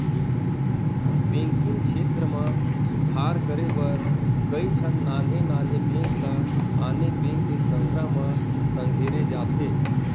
banking छेत्र म सुधार करे बर कइठन नान्हे नान्हे बेंक ल आने बेंक के संघरा म संघेरे जाथे